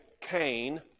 Cain